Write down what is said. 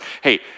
hey